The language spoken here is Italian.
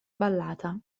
ballata